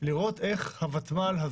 ולראות איך הותמ"ל,